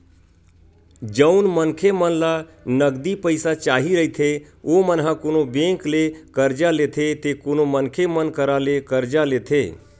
जउन मनखे मन ल नगदी पइसा चाही रहिथे ओमन ह कोनो बेंक ले करजा लेथे ते कोनो मनखे मन करा ले करजा लेथे